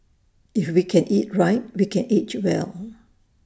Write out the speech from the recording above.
if we can eat right we can age well